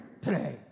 today